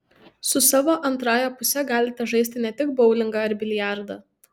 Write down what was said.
su savo antrąja puse galite žaisti ne tik boulingą ar biliardą